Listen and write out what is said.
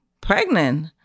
pregnant